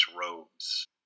robes